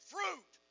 Fruit